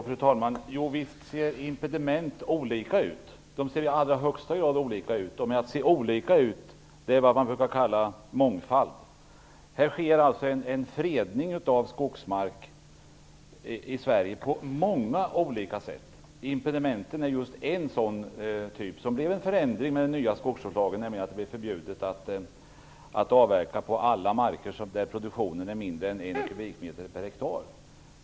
Fru talman! Visst ser impediment olika ut, i allra högsta grad. Att saker ser olika ut är vad man brukar kalla mångfald. Här sker alltså en fredning av skogsmark i Sverige på många olika sätt. Impedimenten är just en sådan typ där det blev en förändring i och med den nya skogsvårdslagen, nämligen att det blev förbjudet att avverka på alla marker där produktionen är mindre än en kubikmeter per hektar.